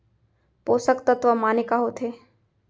पोसक तत्व माने का होथे?